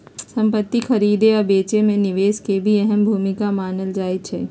संपति खरीदे आ बेचे मे निवेश के भी अहम भूमिका मानल जाई छई